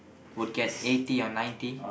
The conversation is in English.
would get eighty or ninety